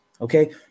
okay